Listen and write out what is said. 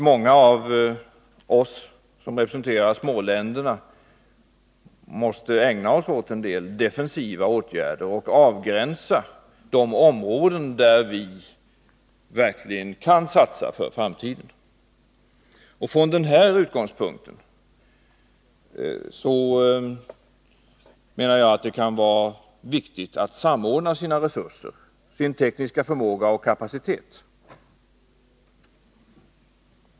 Många små länder måste därför ägna sig åt defensiva åtgärder och avgränsa de områden där de verkligen kan satsa för framtiden. Från den här utgångspunkten menar jag att det kan vara viktigt att samordna sina resurser, sin tekniska förmåga och kapacitet.